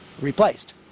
replaced